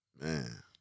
Man